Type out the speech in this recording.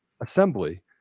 assembly